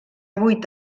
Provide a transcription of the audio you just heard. vuit